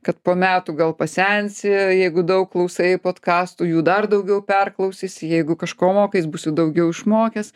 kad po metų gal pasensi jeigu daug klausai podkastų jų dar daugiau perklausysi jeigu kažko mokais būsi daugiau išmokęs